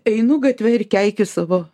einu gatve ir keikiu savo